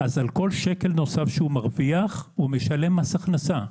על כל שקל נוסף שהוא מרוויח, הוא משלם מס הכנסה.